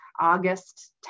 August